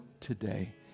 today